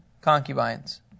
concubines